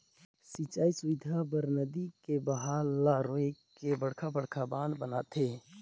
सिंचई सुबिधा बर नही के बहाल ल रोयक के बड़खा बड़खा बांध बनाथे